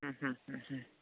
ह्म् ह्म् ह्म् ह्म्